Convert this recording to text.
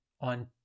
on